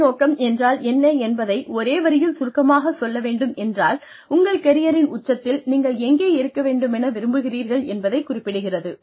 தொழில் நோக்கம் என்றால் என்ன என்பதை ஒரே வரியில் சுருக்கமாகச் சொல்ல வேண்டும் என்றால் உங்கள் கெரியரின் உச்சத்தில் நீங்கள் எங்கே இருக்க வேண்டுமென விரும்புகிறீர்கள் என்பதை குறிப்பிடுகிறது